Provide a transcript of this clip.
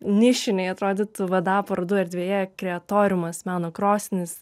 nišinėj atrodytųvda parodų erdvėje kreatoriumas meno krosnis